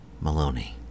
Maloney